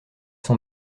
sont